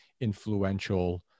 influential